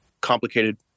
complicated